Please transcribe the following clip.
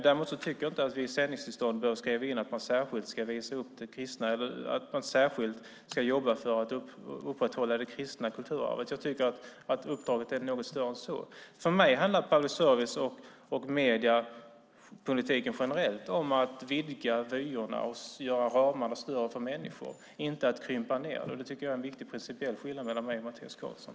Däremot tycker jag inte att vi i sändningstillstånd bör skriva in att man särskilt ska visa upp det kristna eller att man särskilt ska jobba för att upprätthålla det kristna kulturarvet. Jag tycker att uppdraget är något större än så. För mig handlar public service och mediepolitiken generellt om att vidga vyerna och göra ramarna större för människor, inte att krympa dem. Det är en viktig principiell skillnad mellan mig och Mattias Karlsson.